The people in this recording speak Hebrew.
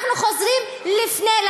אנחנו חוזרים לפני,